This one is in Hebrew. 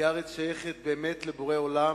כי הארץ שייכת באמת לבורא עולם,